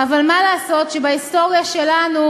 אז למה את מנסה להשפיע עליהם?